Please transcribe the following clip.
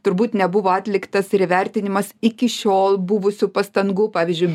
turbūt nebuvo atliktas ir įvertinimas iki šiol buvusių pastangų pavyzdžiui